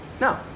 No